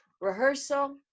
rehearsal